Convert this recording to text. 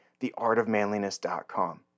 theartofmanliness.com